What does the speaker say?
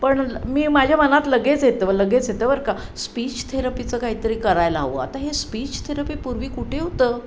पण मी माझ्या मनात लगेच येतं व लगेच येतं बर का स्पीच थेरपीचं काहीतरी करायला हवं आता हे स्पीच थेरपी पूर्वी कुठे होतं